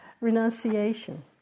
renunciation